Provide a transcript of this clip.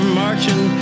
marching